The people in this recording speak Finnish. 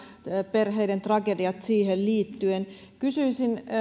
perheiden tragediat siihen liittyen kysyisin